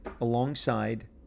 alongside